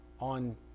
on